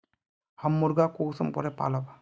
हम मुर्गा कुंसम करे पालव?